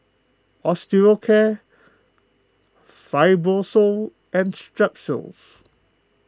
Osteocare Fibrosol and Strepsils